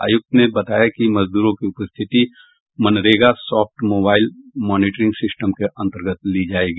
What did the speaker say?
आयुक्त ने बताया कि मजदूरों की उपस्थिति NREGA soft mobile monitoring system के अंतर्गत ली जायेगी